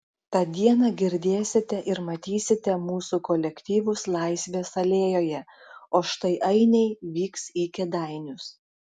tą dieną girdėsite ir matysite mūsų kolektyvus laisvės alėjoje o štai ainiai vyks į kėdainius